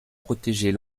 protégeait